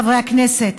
נחמן.